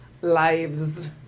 lives